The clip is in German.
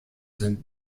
sind